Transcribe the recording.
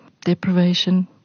deprivation